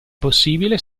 possibile